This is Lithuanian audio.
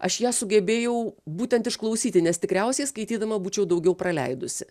aš ją sugebėjau būtent išklausyti nes tikriausiai skaitydama būčiau daugiau praleidusi